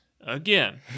Again